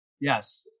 Yes